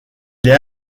était